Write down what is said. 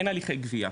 אין הליכי גבייה,